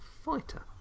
Fighter